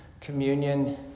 communion